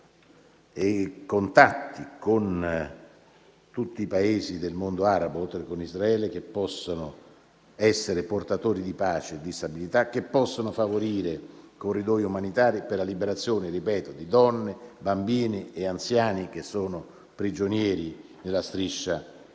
e contatti con tutti i Paesi del mondo arabo, oltre che con Israele, che possono essere portatori di pace e di stabilità, che possono favorire corridoi umanitari per la liberazione - ripeto - di donne, bambini e anziani che sono prigionieri nella striscia di Gaza.